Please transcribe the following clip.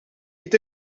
est